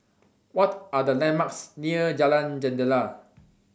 What Are The landmarks near Jalan Jendela